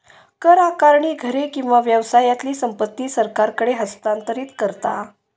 कर आकारणी घरे किंवा व्यवसायातली संपत्ती सरकारकडे हस्तांतरित करता